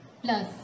Plus